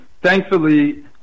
Thankfully